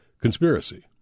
conspiracy